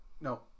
No